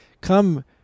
come